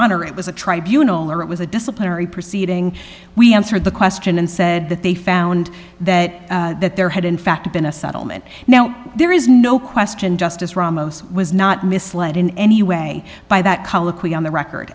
honor it was a tribunals or it was a disciplinary proceeding we answered the question and said that they found that that there had in fact been a settlement now there is no question justice ramos was not misled in any way by that colloquy on the record